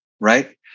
right